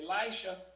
Elisha